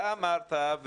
אתה אמרת,